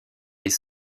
les